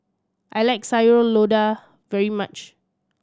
I like Sayur Lodeh very much